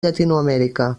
llatinoamèrica